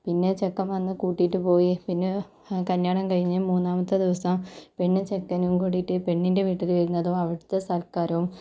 പിന്നെ ചെക്കൻ വന്ന് കൂട്ടിയിട്ട് പോയി പിന്നെ കല്യാണം കഴിഞ്ഞ് മൂന്നാമത്തെ ദിവസം പെണ്ണും ചെക്കനും കൂടിയിട്ട് പെണ്ണിൻ്റെ വീട്ടിൽ വരുന്നതും അവിടത്തെ സൽക്കാരവും